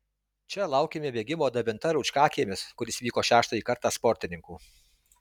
čia laukėme bėgimo dabinta rūčkakiemis kuris vyko šeštąjį kartą sportininkų